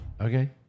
Okay